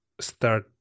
start